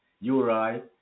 Uri